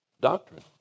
doctrine